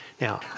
Now